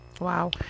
Wow